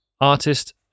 Artist